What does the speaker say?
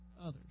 others